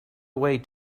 away